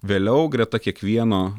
vėliau greta kiekvieno